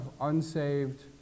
unsaved